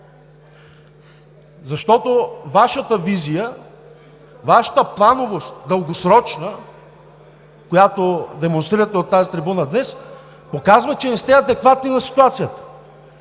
Защото Вашата визия, Вашата плановост – дългосрочна, която демонстрирате от тази трибуна днес, показва, че не сте адекватни на ситуацията.